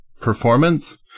performance